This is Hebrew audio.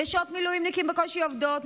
נשות מילואימניקים בקושי עובדות,